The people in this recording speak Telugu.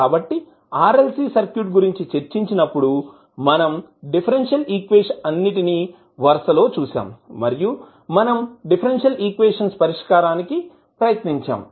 కాబట్టి RLC సర్క్యూట్ గురించి చర్చించినప్పుడు మనం డిఫరెన్షియల్ ఈక్వేషన్స్ అన్నిటినీ వరుసలో చూసాము మరియు మనం డిఫరెన్షియల్ ఈక్వేషన్స్ పరిష్కారానికి ప్రయత్నించాము